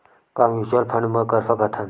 का mutual fund म कर सकत हन?